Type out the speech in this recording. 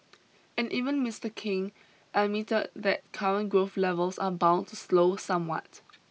and even Mister King admitted that current growth levels are bound to slow somewhat